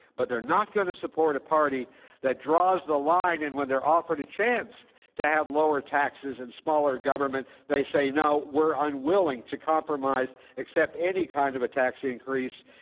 but they're not going to support a party that draws the line, and when they're offered a chance to have lower taxes and smaller government, they say, no, we're unwilling to compromise, accept any kind of a tax increase,